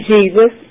Jesus